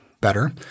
better